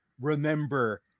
remember